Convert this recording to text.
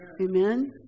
Amen